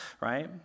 right